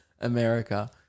America